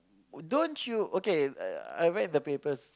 don't you okay I I read the papers